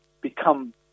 become